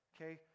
okay